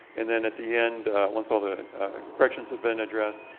and then at the end, once all the corrections have been addressed,